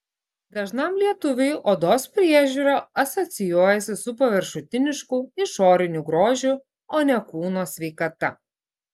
dažnam lietuviui odos priežiūra asocijuojasi su paviršutinišku išoriniu grožiu o ne kūno sveikata